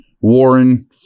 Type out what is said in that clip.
Warren